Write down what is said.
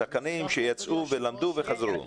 שחקנים שיצאו ולמדו וחזרו.